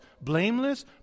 blameless